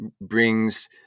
brings